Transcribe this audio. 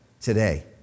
today